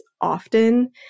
often